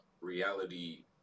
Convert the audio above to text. reality